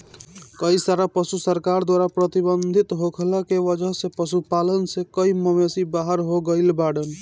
कई सारा पशु सरकार द्वारा प्रतिबंधित होखला के वजह से पशुपालन से कई मवेषी बाहर हो गइल बाड़न